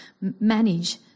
manage